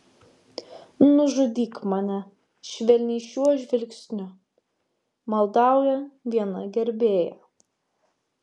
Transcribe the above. nužudyk mane švelniai šiuo žvilgsniu maldauja viena gerbėja